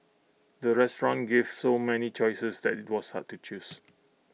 the restaurant gave so many choices that IT was hard to choose